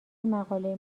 مقاله